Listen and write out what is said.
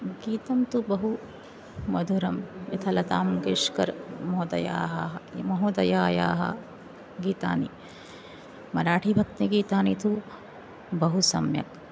गीतं तु बहु मधुरं यथा लतामङ्गेश्कर् महोदयाः महोदयायाः गीतानि मराठिभक्तिगीतानि तु बहु सम्यक्